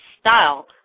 style